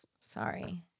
Sorry